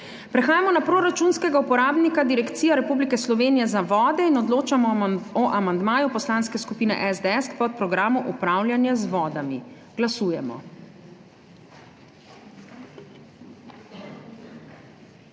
Prehajamo na proračunskega uporabnika Direkcija Republike Slovenije za vode in odločamo o amandmaju Poslanske skupine SDS k podprogramu Upravljanje z vodami. Glasujemo.